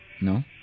no